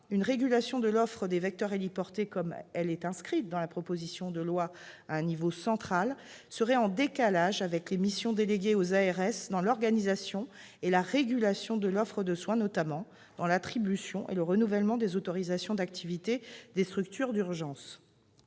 une régulation de l'offre des vecteurs héliportés, telle qu'elle est inscrite dans la proposition de loi à un niveau central, serait en décalage avec les missions déléguées aux ARS dans l'organisation et la régulation de l'offre de soins, je pense en particulier à l'attribution et au renouvellement des autorisations d'activité des structures d'urgence.